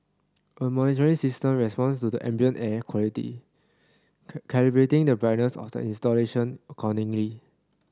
a monitoring system responds to the ambient air quality calibrating the brightness of the installation accordingly